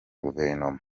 guverinoma